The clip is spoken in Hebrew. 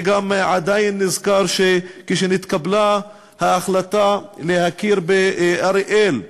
אני גם נזכר שכשהתקבלה ההחלטה להכיר במכללת אריאל כאוניברסיטה,